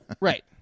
right